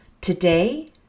Today